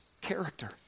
character